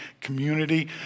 community